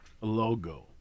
logo